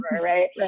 Right